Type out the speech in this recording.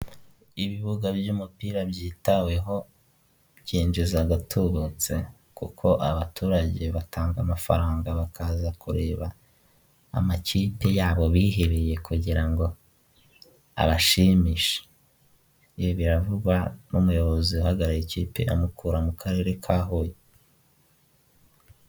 Ibibuga by'umupira byitaweho byinjiza agatubutse, kuko abaturage batanga amafaranga bakaza kureba amakipe yabo bihebeye, kugira ngo abashimishe. Ibi biravugwa n'umuyobozi uhagarariye ikipe ya Mukura, mu karere ka Huye.